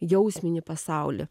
jausminį pasaulį